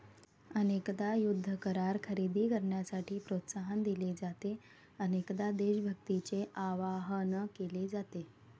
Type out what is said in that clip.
अनेकदा युद्ध करार खरेदी करण्यासाठी प्रोत्साहन दिले जाते, अनेकदा देशभक्तीचे आवाहन केले जाते